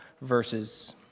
verses